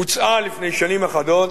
הוצעה לפני שנים אחדות,